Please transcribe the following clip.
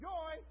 Joy